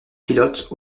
pilotes